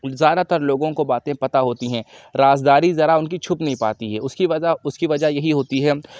زیادہ تر لوگوں کو باتیں پتہ ہوتی ہیں راز داری ذرا ان کی چھپ نہیں پاتی ہے اس کی وجہ اس کی وجہ یہی ہوتی ہے